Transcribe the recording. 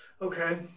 Okay